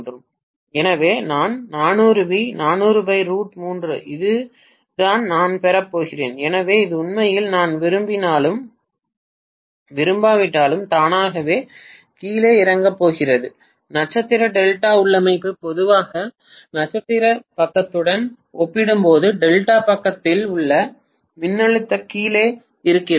எனவே நான் 400 வி இதுதான் நான் பெறப் போகிறேன் எனவே இது உண்மையில் நான் விரும்பினாலும் விரும்பாவிட்டாலும் தானாகவே கீழே இறங்கப் போகிறது நட்சத்திர டெல்டா உள்ளமைவு பொதுவாக நட்சத்திர பக்கத்துடன் ஒப்பிடும்போது டெல்டா பக்கத்தில் உள்ள மின்னழுத்தத்தை கீழே இறக்குகிறது